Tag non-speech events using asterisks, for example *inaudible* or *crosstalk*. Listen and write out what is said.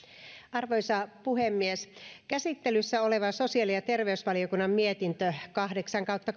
arvoisa puhemies käsittelyssä oleva sosiaali ja terveysvaliokunnan mietintö kahdeksan kautta *unintelligible*